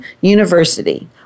University